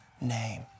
name